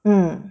mm